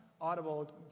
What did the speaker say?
audible